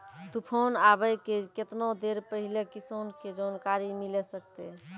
तूफान आबय के केतना देर पहिले किसान के जानकारी मिले सकते?